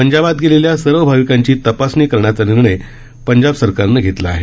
पंजाबात गेलेल्या सर्व भाविकांची तपासणी करण्याचा निर्णय पंजाब सरकारनं घेतला आहे